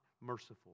merciful